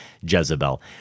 Jezebel